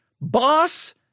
boss